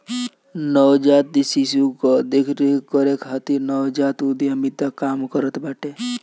नवजात शिशु कअ देख रेख करे खातिर नवजात उद्यमिता काम करत बाटे